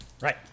right